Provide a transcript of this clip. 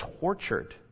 tortured